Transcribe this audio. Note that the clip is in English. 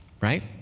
right